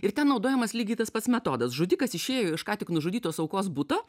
ir ten naudojamas lygiai tas pats metodas žudikas išėjo iš ką tik nužudytos aukos buto